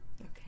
Okay